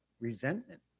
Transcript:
Resentment